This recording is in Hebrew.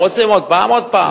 רוצים עוד הפעם, שיהיה עוד הפעם.